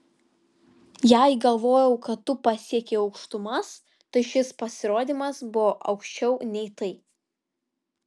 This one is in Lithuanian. jei galvojau kad tu pasiekei aukštumas tai šis pasirodymas buvo aukščiau nei tai